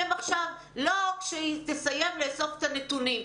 עכשיו ולא כשתסיים לאסוף את הנתונים.